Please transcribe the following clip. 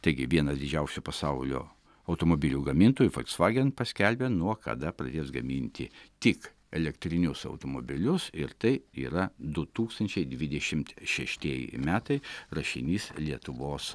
taigi vienas didžiausių pasaulio automobilių gamintojų folksvagen paskelbė nuo kada pradės gaminti tik elektrinius automobilius ir tai yra du tūkstančiai dvidešimt šeštieji metai rašinys lietuvos